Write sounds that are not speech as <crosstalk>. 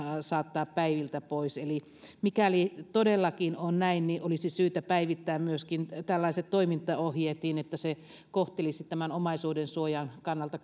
saattaa päiviltä pois mikäli todellakin on näin olisi syytä päivittää myöskin tällaiset toimintaohjeet niin niin että ne kohtelisivat tämän omaisuudensuojan kannalta <unintelligible>